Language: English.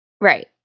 Right